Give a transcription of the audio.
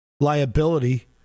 liability